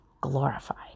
glorified